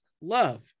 love